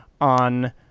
on